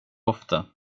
ofta